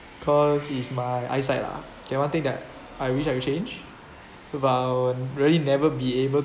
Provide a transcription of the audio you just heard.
cause is my eyesight lah okay one thing that I wish I would change about really never be able